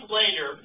later